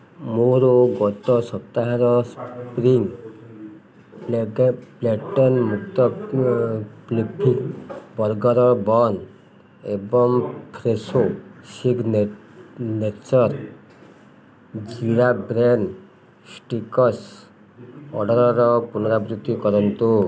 ମୋର ଗତ ସପ୍ତାହର ସ୍ପ୍ରିଙ୍ଗ ମୁକ୍ତ ବର୍ଗର୍ ବନ୍ ଏବଂ Fresho signature jeera breadsticks ଅର୍ଡ଼ର୍ର ପୁନରାବୃତ୍ତି କରନ୍ତୁ